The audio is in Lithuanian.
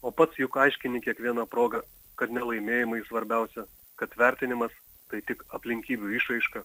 o pats juk aiškini kiekviena proga kad ne laimėjimai svarbiausia kad vertinimas tai tik aplinkybių išraiška